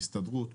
הסתדרות,